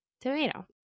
tomato